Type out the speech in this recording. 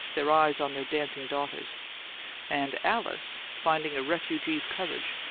their eyes on their dancing daughters and alice, finding a refugee's courage,